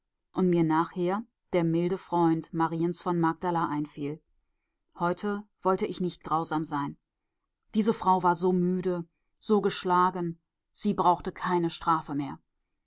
und mir nachher der milde freund mariens von magdala einfiel heute wollte ich nicht grausam sein diese frau war so müde so geschlagen sie brauchte keine strafe mehr